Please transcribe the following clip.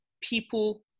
people